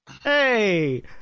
Hey